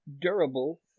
durable